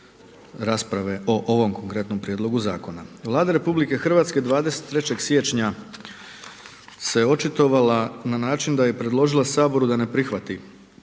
o ovom konkretnom prijedlogu Zakona. Vlada RH 23. siječnja se očitovala na način da je predložila Saboru da ne prihvati